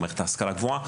למערכת ההשכלה הגבוהה,